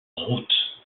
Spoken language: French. route